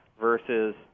versus